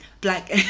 black